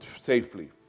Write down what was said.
safely